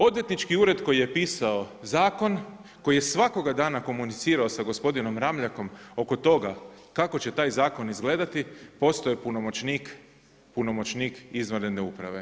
Odvjetnički ured koji je pisao zakon, koji je svakoga dana komunicirao sa gospodinom Ramljakom oko toga kako će taj zakon izgledati postaje punomoćnik izvanredne uprave.